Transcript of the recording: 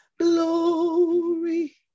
Glory